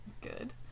Good